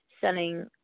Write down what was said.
selling